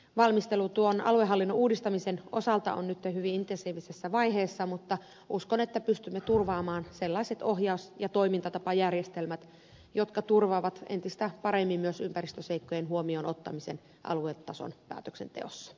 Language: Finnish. valmistelu tuon aluehallinnon uudistamisen osalta on nytten hyvin intensiivisessä vaiheessa mutta uskon että pystymme turvaamaan sellaiset ohjaus ja toimintatapajärjestelmät jotka turvaavat entistä paremmin myös ympäristöseikkojen huomioon ottamisen aluetason päätöksenteossa